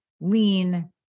lean